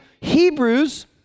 Hebrews